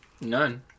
none